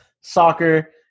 soccer